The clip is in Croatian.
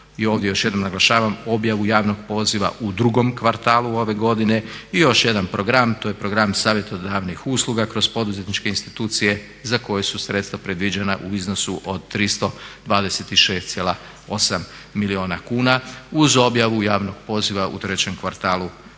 i ovdje još jednom naglašavam objavu javnog poziva u drugom kvartalu ove godine. I još jedan program, to je program savjetodavnih usluga kroz poduzetničke institucije za koji su sredstva predviđena u iznosu od 326,8 milijuna kuna uz objavu javnog poziva u trećem kvartalu